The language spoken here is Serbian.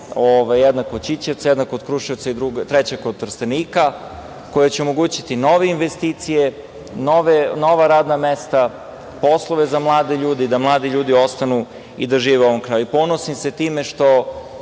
jedna kod Ćićevca, jedna kod Kruševca i treća kod Trstenika, koje će omogućiti nove investicije, nova radna mesta, poslove za mlade ljude i da ti mladi ljudi ostanu i da žive u ovom kraju. Ponosim se time što